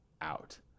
out